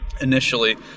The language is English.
Initially